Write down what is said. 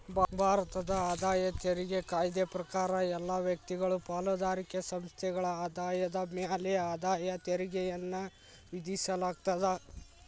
ಭಾರತದ ಆದಾಯ ತೆರಿಗೆ ಕಾಯ್ದೆ ಪ್ರಕಾರ ಎಲ್ಲಾ ವ್ಯಕ್ತಿಗಳು ಪಾಲುದಾರಿಕೆ ಸಂಸ್ಥೆಗಳ ಆದಾಯದ ಮ್ಯಾಲೆ ಆದಾಯ ತೆರಿಗೆಯನ್ನ ವಿಧಿಸಲಾಗ್ತದ